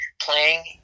playing